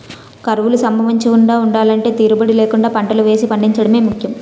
కరువులు సంభవించకుండా ఉండలంటే తీరుబడీ లేకుండా పంటలు వేసి పండించడమే ముఖ్యం